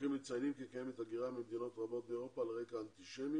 החוקרים מציינים כי קיימת הגירה ממדינות רבות באירופה על רקע אנטישמי,